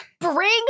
Bring